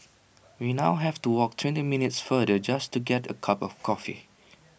we now have to walk twenty minutes farther just to get A cup of coffee